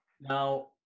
Now